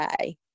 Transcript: okay